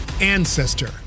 ancestor